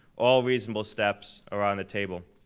all reasonable steps are on the table.